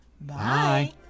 Bye